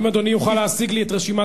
האם אדוני יוכל להשיג לי את רשימת